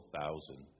thousand